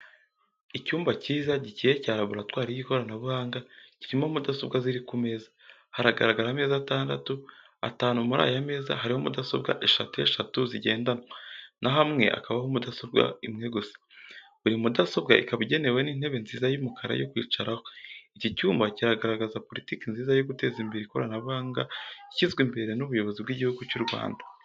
Icyumba cyiza, gikeye cya laboratwari y'ikoranabuhanga. Kirimo mudasobwa ziri ku meza. Haragaragara ameza atandatu. Atanu muri aya meza ariho mudasobwa eshatu eshatu zigendanwa, naho amwe akabaho mudasobwa imwe gusa. Buri mudasobwa ikaba igenewe intebe nziza y'umukara yo kwicaraho. Iki cyumba kiragaragaza politiki nziza yo guteza imbere ikoranabuhanga ishyizwe imbere n'ubuyobozi bw'igihugu cy'u Rwanda.